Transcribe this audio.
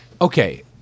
Okay